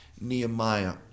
Nehemiah